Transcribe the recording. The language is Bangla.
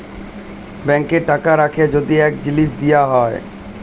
ব্যাংকে টাকা রাখ্যে যদি এই জিলিস দিয়া হ্যয়